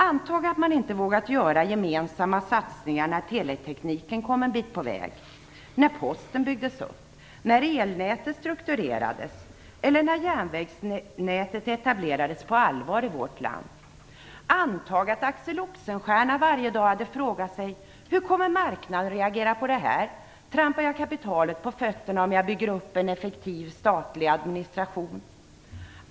Antag att man inte hade vågat göra gemensamma satsningar när teletekniken kom en bit på väg, när Posten byggdes upp, när elnätet strukturerades eller när järnvägsnätet etablerades på allvar i vårt land. Antag att Axel Oxenstierna varje dag hade frågat sig: Hur kommer marknaden att reagera på det här? Trampar jag kapitalet på tårna om jag bygger upp en effektiv statlig administration?